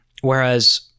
whereas